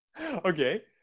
okay